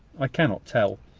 i cannot tell.